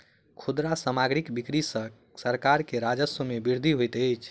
खुदरा सामग्रीक बिक्री सॅ सरकार के राजस्व मे वृद्धि होइत अछि